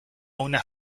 una